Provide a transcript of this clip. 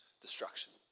destruction